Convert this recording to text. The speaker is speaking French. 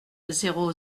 zéro